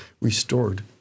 restored